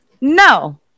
no